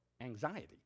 anxiety